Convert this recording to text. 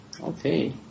Okay